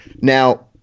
Now